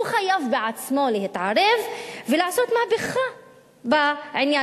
הוא חייב בעצמו להתערב ולעשות מהפכה בעניין.